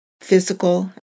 physical